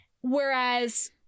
whereas